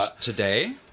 today